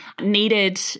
needed